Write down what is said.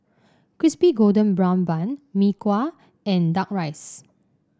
Crispy Golden Brown Bun Mee Kuah and duck rice